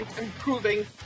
improving